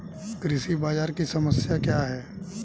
कृषि बाजार की समस्या क्या है?